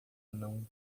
não